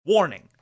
Warning